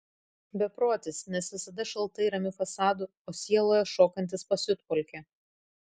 beprotis nes visada šaltai ramiu fasadu o sieloje šokantis pasiutpolkę